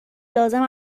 لازم